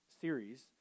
series